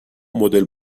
مدل